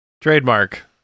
Trademark